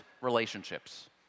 relationships